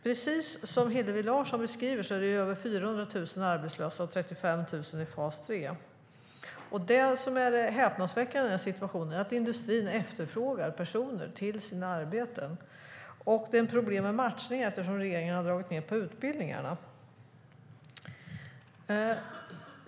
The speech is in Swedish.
Precis som Hillevi Larsson beskriver är över 400 000 arbetslösa och 35 000 i fas 3. Det häpnadsväckande är att industrin efterfrågar personer. Och det är problem med matchningen eftersom regeringen har dragit ned på utbildningarna.